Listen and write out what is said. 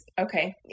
okay